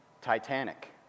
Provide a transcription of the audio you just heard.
Titanic